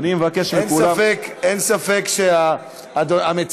ואני מבין שאתם ברמת המהות מתנגדים,